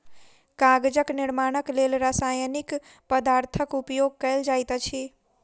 कागजक निर्माणक लेल रासायनिक पदार्थक उपयोग कयल जाइत अछि